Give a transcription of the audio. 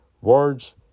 Words